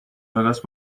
وگاس